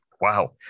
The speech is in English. Wow